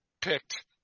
picked